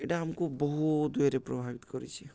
ଏଇଟା ଆମକୁ ବହୁତ ଇଏରେ ପ୍ରଭାବିତ କରିଛି